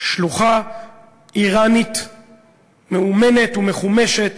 שלוחה איראנית מאומנת ומחומשת